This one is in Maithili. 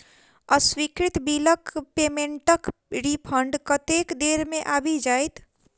अस्वीकृत बिलक पेमेन्टक रिफन्ड कतेक देर मे आबि जाइत?